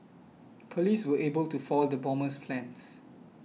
police were able to foil the bomber's plans